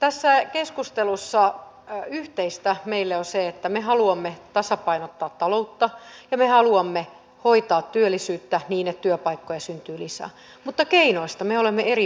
tässä keskustelussa yhteistä meille on se että me haluamme tasapainottaa taloutta ja me haluamme hoitaa työllisyyttä niin että työpaikkoja syntyy lisää mutta keinoista me olemme eri mieltä